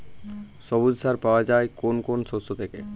সবুজ সার পাওয়া যায় কোন কোন শস্য থেকে?